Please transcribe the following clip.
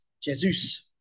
Jesus